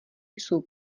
jsou